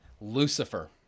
Lucifer